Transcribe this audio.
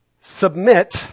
submit